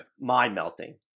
mind-melting